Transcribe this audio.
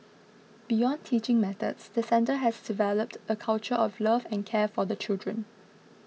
beyond teaching methods the centre has developed a culture of love and care for the children